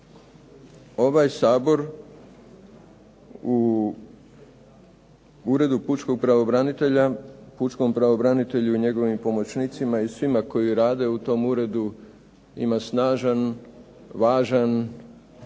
ovaj Sabor u Uredu Pučkog pravobranitelja, Pučkom pravobranitelju i njegovim pomoćnicima i svima koji rade u tom uredu ima snažan, važan,